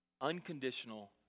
unconditional